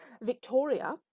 Victoria